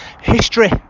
History